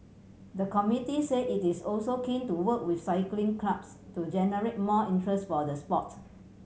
the committee said it is also keen to work with cycling clubs to generate more interest for the sport